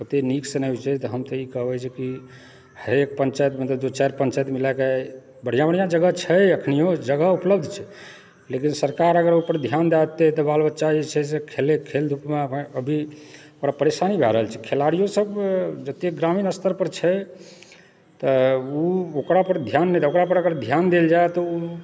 ओतए नीकसँ नहि होइ छै तऽ हम तऽ ई कहब जे कि हरेक पंचायतमे तऽ दू चारि पंचायत मिलाके बढ़िआँ बढ़िआँ जगह छै अखनयो जगह उपलब्ध छै लेकिन सरकार अगर ओहिपर ध्यान दए देतय तऽ बाल बच्चा जे छै से खेलै खेल धूप मऽ अभी ओकरा परेशानी भए रहल छै खेलाड़ियोसभ जतए ग्रामीण स्तर पर छै तऽ ओ ओकरा पर ध्यान नहि ओकरा पर अगर ध्यान देल जाइ तऽ ओ